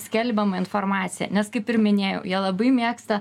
skelbiamą informaciją nes kaip ir minėjau jie labai mėgsta